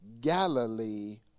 Galilee